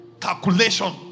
calculation